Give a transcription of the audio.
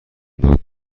داد